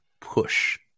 push